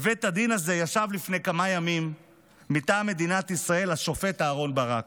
בבית הדין הזה ישב לפני כמה ימים מטעם מדינת ישראל השופט אהרן ברק.